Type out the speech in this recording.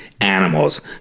animals